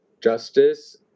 justice